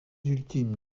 ultimes